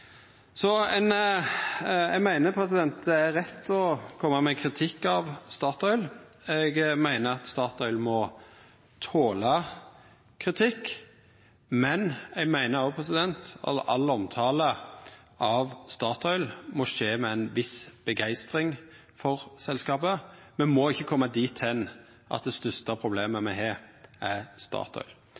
Eg meiner det er rett å koma med kritikk av Statoil. Eg meiner Statoil må tåla kritikk, men eg meiner òg at all omtale av Statoil må skje med ei viss begeistring for selskapet. Me må ikkje koma dit at det største problemet me har, er Statoil.